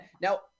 now